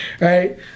right